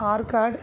Arcot